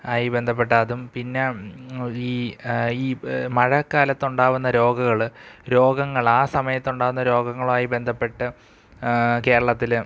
ആയി ബന്ധപ്പെട്ട അതും പിന്നെ ഈ ഈ മഴക്കാലത്തുണ്ടാകുന്ന രോഗങ്ങൾ രോഗങ്ങൾ ആ സമയത്തുണ്ടാകുന്ന രോഗങ്ങളായി ബന്ധപ്പെട്ട് കേരളത്തിൽ